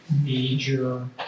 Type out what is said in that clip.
major